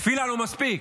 תפילה לא מספיקה.